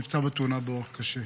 נפצע בתאונה באורח קשה.